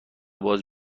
باز